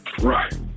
Right